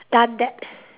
done that